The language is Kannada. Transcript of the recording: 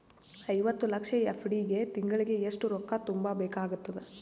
ಐವತ್ತು ಲಕ್ಷ ಎಫ್.ಡಿ ಗೆ ತಿಂಗಳಿಗೆ ಎಷ್ಟು ರೊಕ್ಕ ತುಂಬಾ ಬೇಕಾಗತದ?